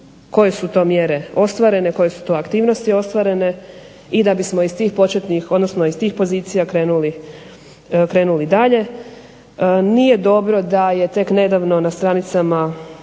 koje su to mjere ostvarene, koje su to aktivnosti ostvarene. I da bismo iz tih početnih, odnosno iz tih pozicija krenuli dalje. Nije dobro da je tek nedavno na stranicama